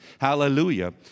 Hallelujah